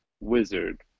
wizard